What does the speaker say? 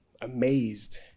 amazed